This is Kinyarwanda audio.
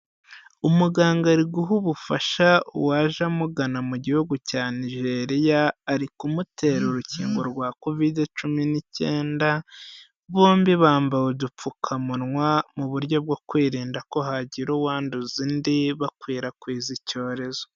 Umuganga ari guha ubufasha uwaje amugana mu gihugu cya Nigeria, ari kumutera urukingo rwa Kovide cumi n'icyenda, bombi bambaye udupfukamunwa mu buryo bwo kwirinda ko hagira uwanduza undi, bakwirakwiza icyorezo.